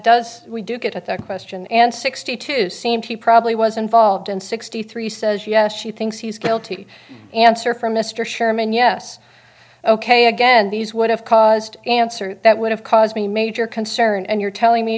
does we do get at that question and sixty two seems he probably was involved in sixty three says yes she thinks he's guilty answer from mr sherman yes ok again these would have caused answer that would have caused me major concern and you're telling me